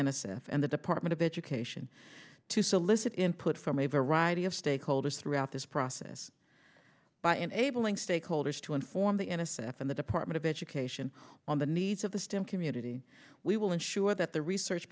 f and the department of education to solicit input from a variety of stakeholders throughout this process by enabling stakeholders to inform the n s f and the department of education on the needs of the stim community we will ensure that the research